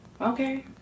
Okay